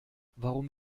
warum